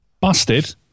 Busted